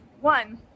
One